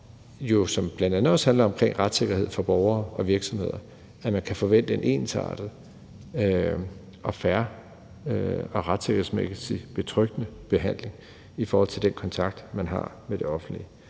som jo bl.a. også handler om retssikkerhed for borgere og virksomheder, altså at man kan forvente en ensartet, fair og retssikkerhedsmæssigt betryggende behandling i forhold til den kontakt, man har med det offentlige.